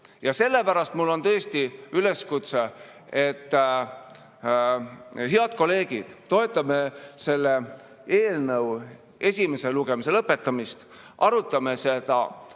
Sellepärast mul on tõesti üleskutse: head kolleegid, toetame selle eelnõu esimese lugemise lõpetamist, arutame seda teisel